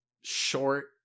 short